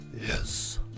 Yes